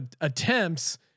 attempts